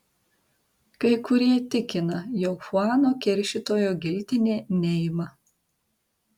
kai kurie tikina jog chuano keršytojo giltinė neima